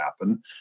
happen